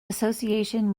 association